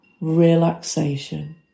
relaxation